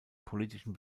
politischen